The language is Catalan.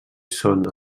són